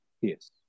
Yes